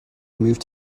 moved